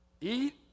Eat